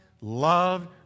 Loved